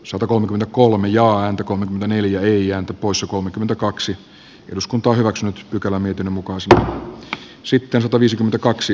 satakolmekymmentäkolme ja häntä kolme vesa matti saarakkalan kannattamana ehdottanut että pykälä poistetaan